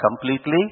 completely